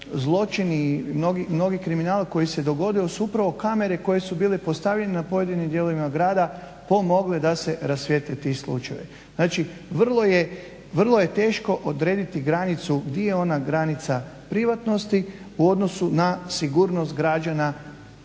zločini i mnogi kriminal koji se dogodio su upravo kamere koje su bile postavljene na pojedinim dijelovima grada pomogle da se rasvijetle ti slučajevi. Znači vrlo je teško odrediti granicu di je ona granica privatnosti u odnosu na sigurnost građana